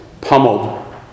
pummeled